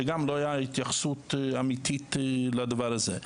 שגם לא הייתה התייחסות אמיתית לדבר הזה.